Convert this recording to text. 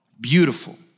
Beautiful